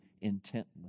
intently